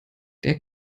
der